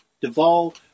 Duvall